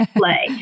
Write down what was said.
play